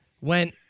went